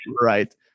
Right